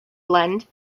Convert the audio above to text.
blend